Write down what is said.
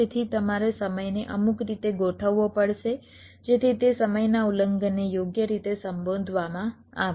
તેથી તમારે સમયને અમુક રીતે ગોઠવવો પડશે જેથી તે સમયના ઉલ્લંઘનને યોગ્ય રીતે સંબોધવામાં આવે